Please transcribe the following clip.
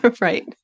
Right